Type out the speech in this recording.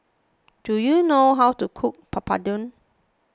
Do you know how to cook Papadum